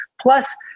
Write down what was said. plus